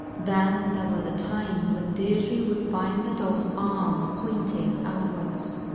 then, there were the times when deidre would find the doll's arms pointing outwards,